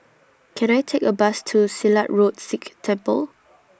Can I Take A Bus to Silat Road Sikh Temple